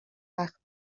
وقت